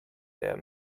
der